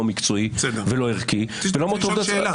לא מקצועי ולא ערכי -- רצית לשאול שאלה.